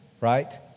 right